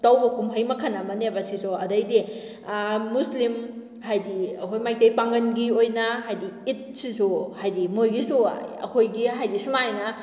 ꯇꯧꯕ ꯀꯨꯝꯍꯩ ꯃꯈꯜ ꯑꯃꯅꯦꯕ ꯁꯤꯁꯨ ꯑꯗꯩꯗꯤ ꯃꯨꯁꯂꯤꯝ ꯍꯥꯏꯗꯤ ꯑꯩꯈꯣꯏ ꯃꯩꯇꯩ ꯄꯥꯉꯜꯒꯤ ꯑꯣꯏꯅ ꯍꯥꯏꯗꯤ ꯏꯠꯁꯤꯁꯨ ꯍꯥꯏꯗꯤ ꯃꯣꯏꯒꯤꯁꯨ ꯑꯩꯈꯣꯏꯒꯤ ꯍꯥꯏꯗꯤ ꯁꯨꯃꯥꯏꯅ